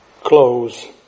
close